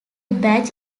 badge